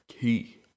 key